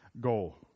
goal